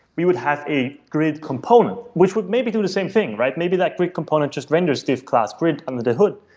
we would have a grid component, which would maybe do the same thing. maybe that grid component just renders div class grid under the hood.